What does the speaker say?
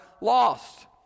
lost